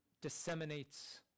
disseminates